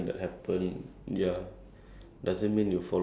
cause like if you're talking about like practical